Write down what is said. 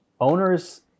owners